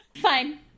Fine